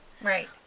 Right